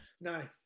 no